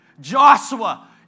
Joshua